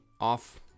off